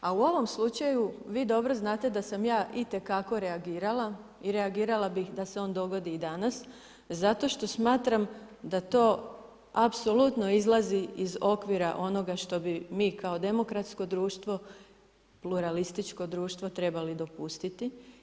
A u ovom slučaju vi dobro znate da sam ja itekako reagirala i reagirala bih da se on dogodi i danas zato što smatram da to apsolutno izlazi iz okvira onoga što bi mi kao demokratsko društvo, pluralističko društvo trebali dopustiti.